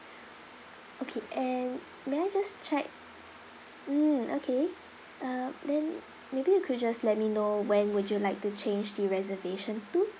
okay and may I just check mm okay uh then maybe you could just let me know when would you like to change the reservation to